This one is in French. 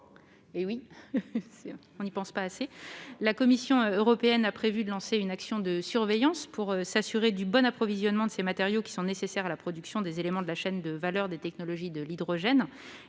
de protons. Plus largement, la Commission européenne a prévu de lancer une action de surveillance pour s'assurer du bon approvisionnement des matériaux nécessaires à la production des éléments de la chaîne de valeur des technologies de l'hydrogène.